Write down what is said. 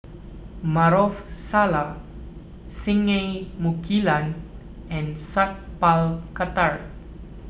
Maarof Salleh Singai Mukilan and Sat Pal Khattar